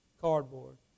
cardboard